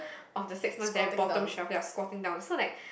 of the six months there bottom shelf I squatting down so like